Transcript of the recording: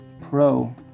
Pro